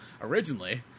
originally